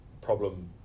problem